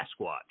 Sasquatch